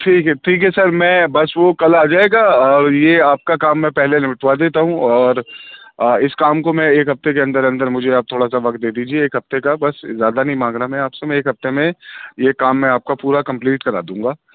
ٹھیک ہے ٹھیک ہے سر میں بس وہ کل آ جائے گا اور یہ آپ کا کام میں پہلے نپٹوا دیتا ہوں اور اِس کام کو میں ایک ہفتے کے اندر اندر مجھے آپ تھوڑا سا وقت دے دیجیے ایک ہفتے کا بس زیادہ نہیں مانگ رہا میں آپ سے میں ایک ہفتے میں یہ کام میں آپ کا پورا کمپلیٹ کرا دوں گا